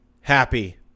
happy